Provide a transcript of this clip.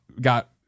got